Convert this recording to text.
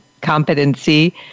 competency